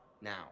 Now